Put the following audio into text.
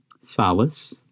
Solace